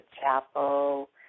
chapel